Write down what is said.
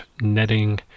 netting